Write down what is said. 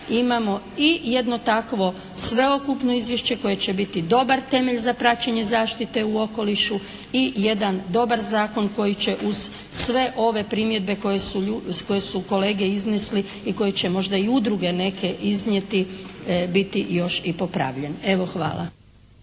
imamo i jedno takvo sveukupno izvješće koje će biti dobar temelj za praćenje zaštite u okolišu i jedan dobar zakon koji će uz sve ove primjedbe koje su kolege iznesli i koji će možda i udruge neke iznijeti biti još i popravljen. Evo, hvala.